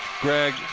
Greg